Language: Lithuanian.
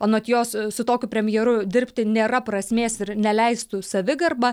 anot jos su tokiu premjeru dirbti nėra prasmės ir neleistų savigarba